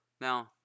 Now